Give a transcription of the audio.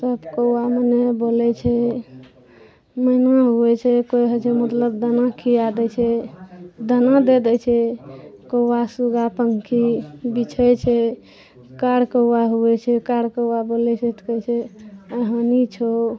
सब कौआमे नहि बोलै छै मैना होइ छै कोइ होइ छै मतलब दाना खिया दै छै दाना दए दै छै कौआ सूगा पँखी बीछै छै कार कौआ होइ छै कार कौआ बोलै छै तऽ कहै छै आइ हानी छौ